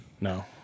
No